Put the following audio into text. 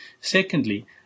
Secondly